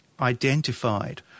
identified